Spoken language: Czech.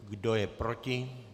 Kdo je proti?